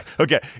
Okay